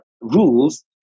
rules